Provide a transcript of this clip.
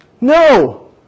No